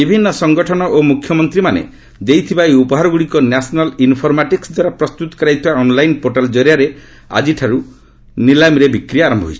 ବିଭିନ୍ନ ସଂଗଠନ ଓ ମୁଖ୍ୟମନ୍ତ୍ରୀମାନେ ଦେଇଥିବା ଏହି ଉପହାରଗୁଡ଼ିକ ନ୍ୟାସନାଲ୍ ଇନ୍ଫରମାଟିକ୍ସଦ୍ୱାରା ପ୍ରସ୍ତୁତ କରାଯାଇଥିବା ଅନ୍ଲାଇନ୍ ପୋର୍ଟାଲ୍ କରିଆରେ ଆଜିଠାରୁ ନିଲାମରେ ବିକ୍ରି ହେବ